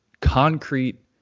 concrete